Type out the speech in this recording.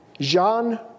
Jean